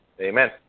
Amen